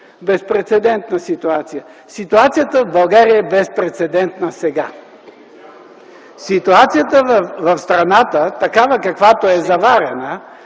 безпрецедентна ситуация. Ситуацията в България е безпрецедентна сега. Ситуацията в страната такава, каквато е заварена